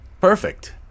Perfect